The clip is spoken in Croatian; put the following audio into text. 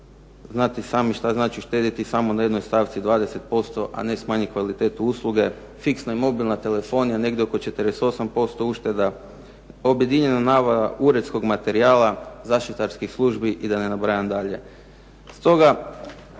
znate što znači uštedjeti samo na jednoj stavci 20%, a ne smanjiti kvalitetu usluge. Fiksna i mobilna telefonija negdje oko 48% ušteda, objedinjena nabava uredskog materijala zaštitarskih službi i da ne nabrajam dalje.